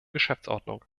geschäftsordnung